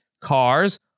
cars